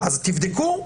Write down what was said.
אז תבדקו.